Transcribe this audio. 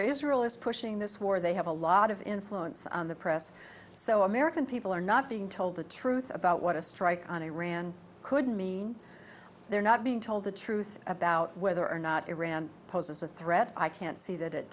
israel is pushing this war they have a lot of influence on the press so american people are not being told the truth about what a strike on iran could mean they're not being told the truth about whether or not iran poses a threat i can't see that it